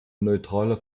neutrale